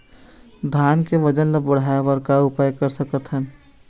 धान के वजन ला बढ़ाएं बर का उपाय कर सकथन?